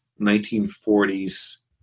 1940s